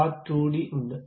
part 2 D ഉണ്ട്